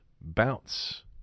bounce